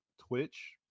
Twitch